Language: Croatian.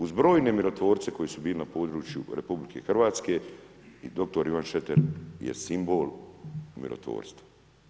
Uz brojne mirotvorce koji su bili na području RH i dr. Ivan Šreter je simbol mirotvorstva.